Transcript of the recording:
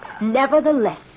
Nevertheless